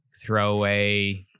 throwaway